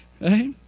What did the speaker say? right